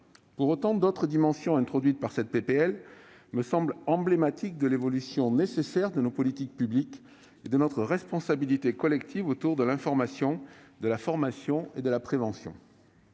Pour autant, d'autres dimensions introduites par cette proposition de loi me semblent emblématiques de l'évolution nécessaire de nos politiques publiques et de notre responsabilité collective autour de l'information, de la formation et de la prévention.